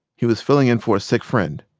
he was filling in for his sick friend.